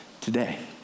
today